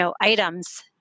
items